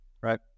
right